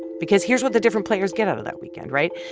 because here's what the different players get out of that weekend, right?